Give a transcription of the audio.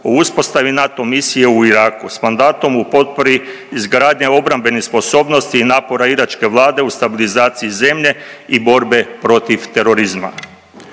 o uspostavi NATO misije u Iraku sa mandatom u potpori izgradnje obrambenih sposobnosti i napora iračke Vlade u stabilizaciji zemlje i borbe protiv terorizma.